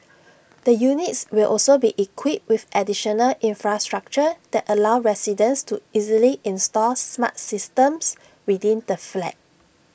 the units will also be equipped with additional infrastructure that allow residents to easily install smart systems within the flat